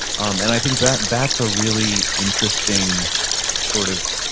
um and i think that's that's a really interesting sort of